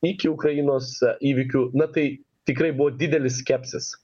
iki ukrainos įvykių na tai tikrai buvo didelis skepsis